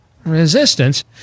Resistance